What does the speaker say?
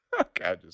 Okay